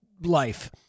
life